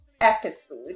episode